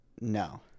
No